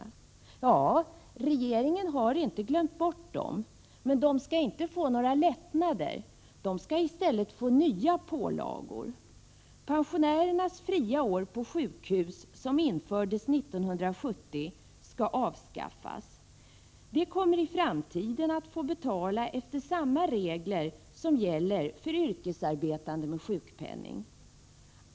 Ja, regeringen har inte glömt dem, men de skall inte få några lättnader, utan i stället nya pålagor. Pensionärernas fria år på sjukhus, som infördes 1970, skall avskaffas. Pensionärerna kommer i framtiden att få betala enligt samma regler som gäller för yrkesarbetande med sjukpenning.